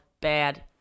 bad